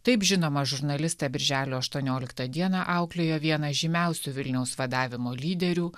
taip žinoma žurnalistą birželio aštuonioliktą dieną auklėjo vienas žymiausių vilniaus vadavimo lyderių